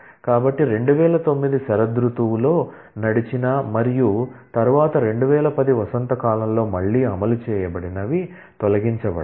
కాబట్టి 2009 ఫాల్ లో నడిచిన మరియు తరువాత 2010 స్ప్రింగ్ లో మళ్లీ అమలు చేయబడినవి తొలగించబడతాయి